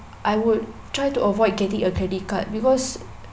I would try to avoid getting a credit card because